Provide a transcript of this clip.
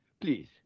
please